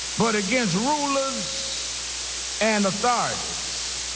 but against rulers and authorities,